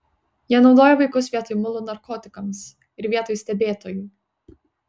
jie naudoja vaikus vietoj mulų narkotikams ir vietoj stebėtojų